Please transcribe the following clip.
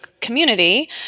community